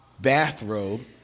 bathrobe